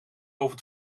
over